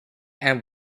and